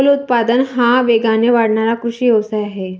फलोत्पादन हा वेगाने वाढणारा कृषी व्यवसाय आहे